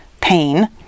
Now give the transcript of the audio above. pain